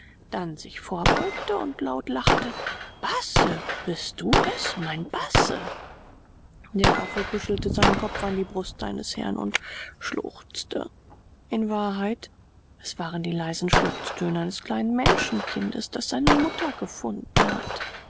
dann sich vorbeugte und laut lachte basse bist du es mein basse der affe kuschelte seinen kopf an die brust seines herrn und schluchzte in wahrheit es waren die leisen schluchztöne eines kleinen menschenkindes das seine mutter gefunden hat